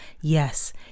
Yes